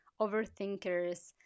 overthinkers